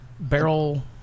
barrel